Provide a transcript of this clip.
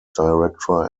director